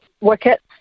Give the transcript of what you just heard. wickets